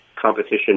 competition